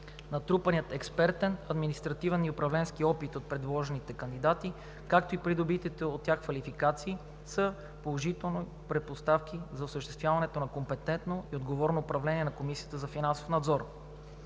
Натрупаният експертен, административен и управленски опит от предложените кандидати, както и придобитите от тях квалификации са положителни предпоставки за осъществяването на компетентно и отговорно управление на Комисията за финансов надзор.